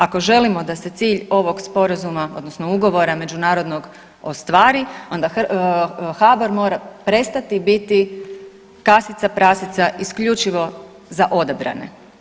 Ako želimo da se cilj ovog sporazuma odnosno ugovora međunarodnog ostvari HBOR mora prestati biti kasica prasica isključivo za odabrane.